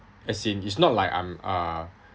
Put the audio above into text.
as in it's not like I'm uh